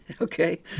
okay